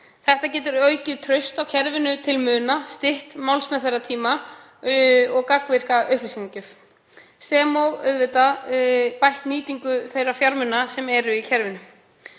Þetta getur aukið traust á kerfinu til muna, stytt málsmeðferðartíma og gagnvirka upplýsingagjöf sem og auðvitað bætt nýtingu þeirra fjármuna sem eru í kerfinu.